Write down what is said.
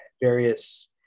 various-